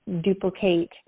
duplicate